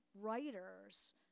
writers